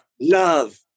love